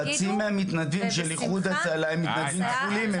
חצי מהמתנדבים של איחוד הצלה הם מתנדבים כפולים,